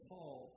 Paul